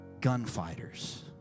gunfighters